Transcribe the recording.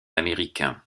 américain